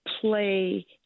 play